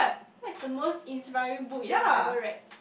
what is the most inspiring book you have ever read